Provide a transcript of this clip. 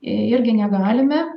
irgi negalime